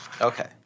Okay